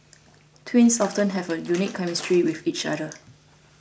twins often have a unique chemistry with each other